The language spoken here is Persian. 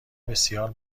بسیار